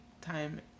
time